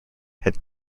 had